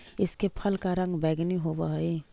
इसके फल का रंग बैंगनी होवअ हई